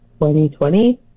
2020